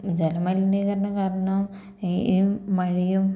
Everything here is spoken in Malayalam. ജല മലിനീകരണം കാരണം ഈ മഴയും